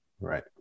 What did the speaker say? Right